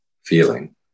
feeling